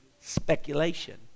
speculation